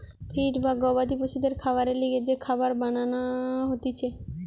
feed বা গবাদি পশুদের খাবারের লিগে যে খাবার বানান হতিছে